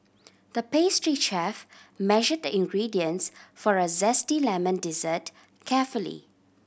the pastry chef measured the ingredients for a zesty lemon dessert carefully